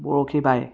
বৰশী বায়